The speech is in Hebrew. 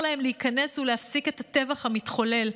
להם להיכנס ולהפסיק את הטבח המתחולל.